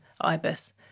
Ibis